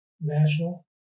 national